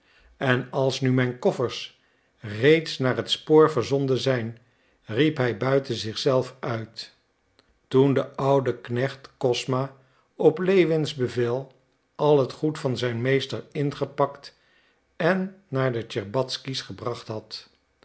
en als nu mij koffers reeds naar het spoor verzonden zijn riep hij buiten zich zelf uit toen de oude knecht kosma op lewins bevel al het goed van zijn meester ingepakt en naar de tscherbatzky's gebracht had